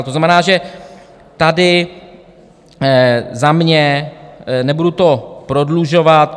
To znamená, že tady za mě nebudu to prodlužovat.